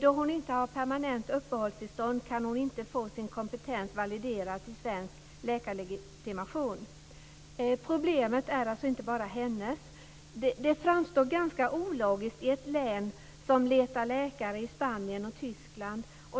Då hon inte har permanent uppehållstillstånd kan hon inte få sin kompetens validerad till svensk läkarlegitimation. Problemet är inte bara hennes. Problemet framstår som ganska ologiskt i ett län som letar läkare i Spanien och Tyskland.